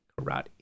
Karate